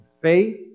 faith